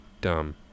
Dumb